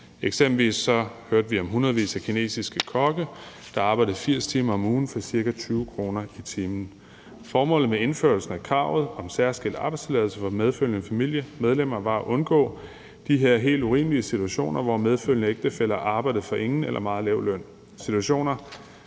Eksempelvis hørte vi om hundredvis af kinesiske kokke, der arbejdede 80 timer om ugen for ca. 20 kr. i timen. Formålet med indførelsen af kravet om særskilt arbejdstilladelse til medfølgende familiemedlemmer var at undgå de her helt urimelige situationer, hvor medfølgende ægtefæller arbejdede for ingen eller for en meget lav løn – situationer,